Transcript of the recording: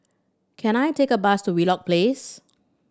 can I take a bus to Wheelock Place